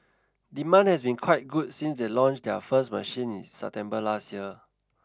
demand has been quite good since they launched their first machine in September last year